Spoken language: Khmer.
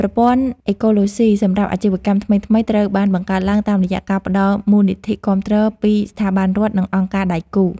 ប្រព័ន្ធអេកូឡូស៊ីសម្រាប់អាជីវកម្មថ្មីៗត្រូវបានបង្កើតឡើងតាមរយៈការផ្តល់មូលនិធិគាំទ្រពីស្ថាប័នរដ្ឋ និងអង្គការដៃគូ។